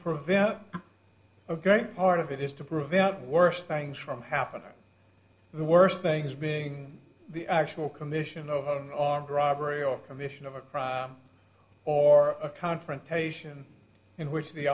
prevent a great part of it is to prove that worse things from happening the worst thing is being the actual commission of an armed robbery or commission of a crime or a confrontation in which the